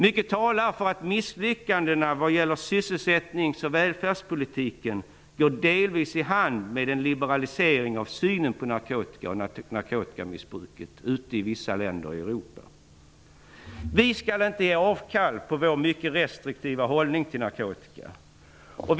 Mycket talar för att misslyckandena vad gäller sysselsättnings och välfärdspolitiken delvis går hand i hand med en liberalisering av synen på narkotika och narkotikamissbruket ute i vissa länder i Europa. Vi skall inte ge avkall på vår mycket restriktiva hållning till narkotika.